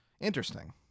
Interesting